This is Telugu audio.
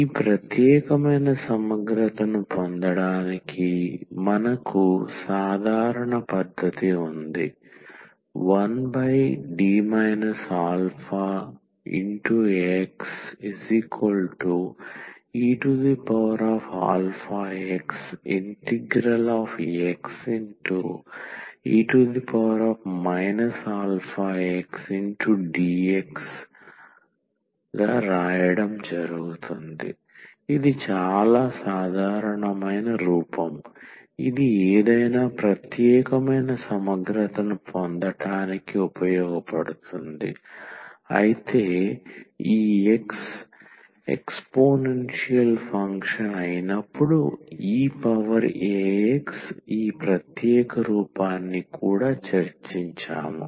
ఈ ప్రత్యేకమైన సమగ్రతను పొందడానికి మనకు సాధారణ పద్ధతి ఉంది 1D αXeαxXe αxdx ఇది చాలా సాధారణమైన రూపం ఇది ఏదైనా ప్రత్యేకమైన సమగ్రతను పొందటానికి ఉపయోగపడుతుంది అయితే X ఈ ఎక్స్పోనెన్షియల్ ఫంక్షన్ అయినప్పుడు e పవర్ ax ఈ ప్రత్యేక రూపాన్ని కూడా చర్చించాము